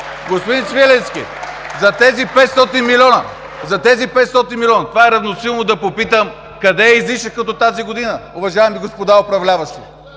господин Свиленски, за тези 500 милиона, това е равносилно да попитам – къде е излишъкът от тази година, уважаеми господа управляващи?